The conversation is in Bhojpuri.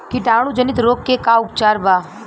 कीटाणु जनित रोग के का उपचार बा?